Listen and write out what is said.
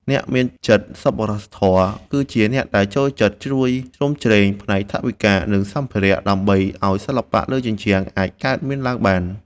អ្នកមានចិត្តសប្បុរសធម៌ គឺជាអ្នកដែលចូលចិត្តជួយជ្រោមជ្រែងផ្នែកថវិកា និងសម្ភារៈ ដើម្បីឱ្យសិល្បៈលើជញ្ជាំងអាចកើតមានឡើងបាន។